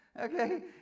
Okay